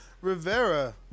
Rivera